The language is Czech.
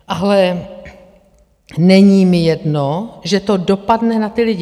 Ale není mi jedno, že to dopadne na ty lidi.